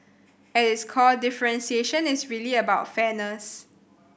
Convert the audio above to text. at its core differentiation is really about fairness